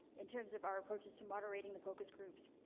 in terms of our approaches to moderating the focus groups, ah,